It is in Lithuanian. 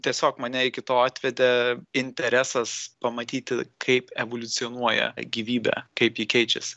tiesiog mane iki to atvedė interesas pamatyti kaip evoliucionuoja gyvybė kaip ji keičiasi